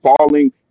falling